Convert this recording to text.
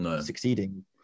succeeding